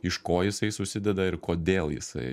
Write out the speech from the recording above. iš ko jisai susideda ir kodėl jisai